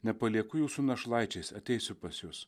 nepalieku jūsų našlaičiais ateisiu pas jus